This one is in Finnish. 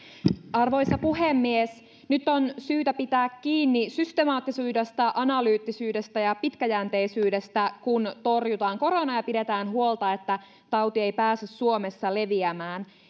arvoisa puhemies nyt on syytä pitää kiinni systemaattisuudesta analyyttisyydesta ja pitkäjänteisyydestä kun torjutaan koronaa ja pidetään huolta että tauti ei pääse suomessa leviämään